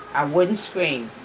i wouldn't scream.